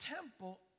temple